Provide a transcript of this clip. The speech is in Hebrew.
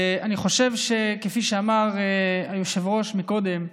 אני חושב, כפי שאמר היושב-ראש קודם,